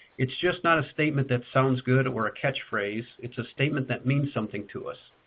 it's just not a statement that sounds good or a catch phrase it's a statement that means something to us,